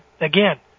again